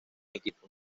equipo